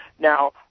Now